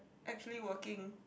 actually working